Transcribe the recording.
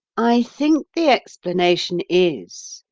i think the explanation is,